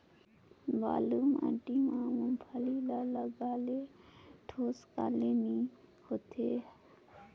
बालू माटी मा मुंगफली ला लगाले ठोस काले नइ होथे?